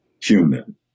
human